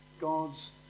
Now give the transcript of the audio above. God's